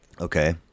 Okay